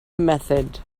method